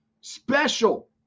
special